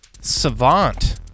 savant